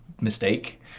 mistake